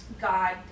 God